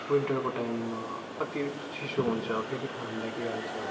विन्टरको टाइममा अतिरिक्त चिसो हुन्छ फेरि घाम लागिहाल्छ